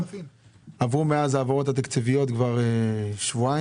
עברו מאז ההעברות התקציביות שבועיים,